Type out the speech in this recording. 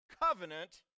covenant